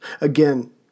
again